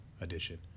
edition